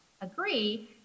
agree